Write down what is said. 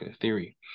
theory